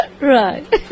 Right